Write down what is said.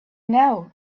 now